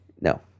No